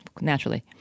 Naturally